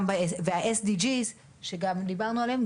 וה-SDG גם דיברנו עליהם,